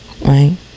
right